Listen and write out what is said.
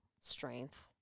strength